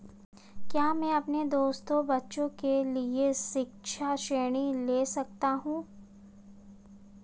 क्या मैं अपने दोनों बच्चों के लिए शिक्षा ऋण ले सकता हूँ?